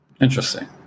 Interesting